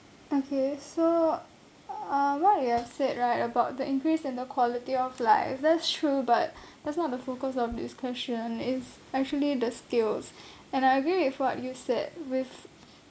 okay so uh what you have said right about the increase in the quality of life that's true but that's not the focus of this question it's actually the skills and I agree with what you said with